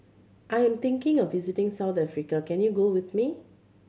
I'm thinking of visiting South Africa can you go with me